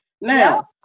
Now